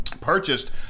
purchased